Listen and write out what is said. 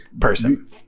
person